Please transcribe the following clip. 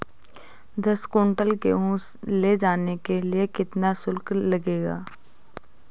दस कुंटल गेहूँ ले जाने के लिए कितना शुल्क लगेगा?